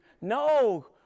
No